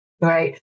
Right